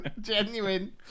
Genuine